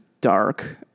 dark